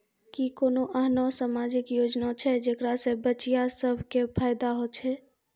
कि कोनो एहनो समाजिक योजना छै जेकरा से बचिया सभ के फायदा होय छै?